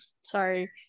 sorry